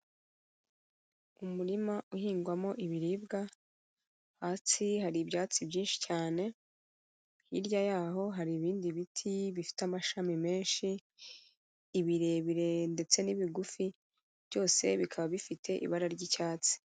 Umurima uhingwamo ibiribwa, hasi hari ibyatsi byinshi cyane, hirya y'aho hari ibindi biti bifite amashami menshi, ibirebire ndetse n'ibigufi, byose bikaba bifite ibara ry'icyatsi.